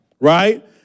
right